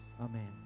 Amen